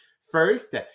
first